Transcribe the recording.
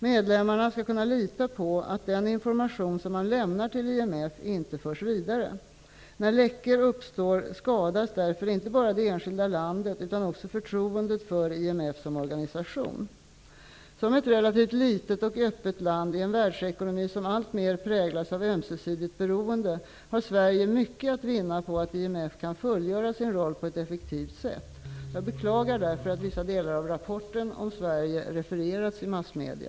Medlemmarna skall kunna lita på att den information som man lämnar till IMF inte förs vidare. När läckor uppstår skadas därför inte bara det enskilda landet utan också förtroendet för IMF som organisation. Som ett relativt litet och öppet land i en världsekonomi som alltmer präglas av ömsesidigt beroende, har Sverige mycket att vinna på att IMF kan fullgöra sin roll på ett effektivt sätt. Jag beklagar därför att vissa delar av rapporten om Sverige refererats i massmedia.